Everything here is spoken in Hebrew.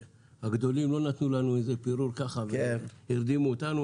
שהגדולים לא נתנו לנו איזה פירור ככה והרדימו אותנו,